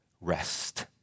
rest